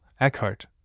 Eckhart